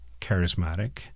charismatic